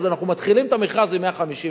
אז אנחנו מתחילים את המכרז עם 150,000,